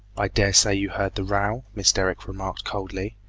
i dare say you heard the row miss derrick remarked coldly.